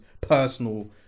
personal